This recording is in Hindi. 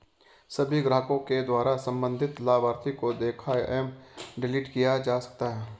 सभी ग्राहकों के द्वारा सम्बन्धित लाभार्थी को देखा एवं डिलीट किया जा सकता है